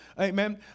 Amen